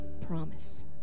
promise